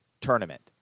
tournament